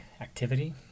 activity